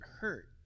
hurt